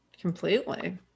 Completely